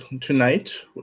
tonight